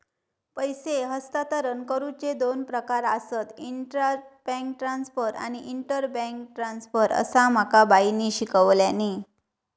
पैसे हस्तांतरण करुचे दोन प्रकार आसत, इंट्रा बैंक ट्रांसफर आणि इंटर बैंक ट्रांसफर, असा माका बाईंनी शिकवल्यानी